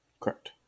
Correct